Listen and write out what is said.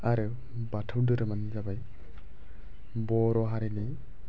आरो बाथौ दोहोरोमानो जाबाय बर' हारिनि